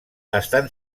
estan